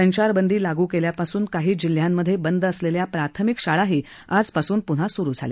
संचारबदी लागू केल्यापासून काही जिल्ह्यांमध्ये बंद असलेल्या प्राथमिक शाळाही आजपासून पून्हा स्रु झाल्या